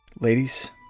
Ladies